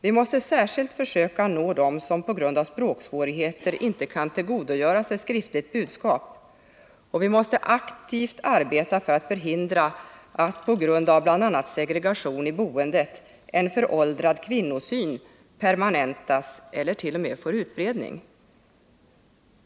Vi måste särskilt försöka nå dem som på grund av språksvårigheter inte kan tillgodogöra sig skriftligt budskap, och vi måste aktivt arbeta för att förhindra att, bl.a. på grund av segregation i boendet, en föråldrad kvinnosyn permanentas eller t.o.m. får utbredning.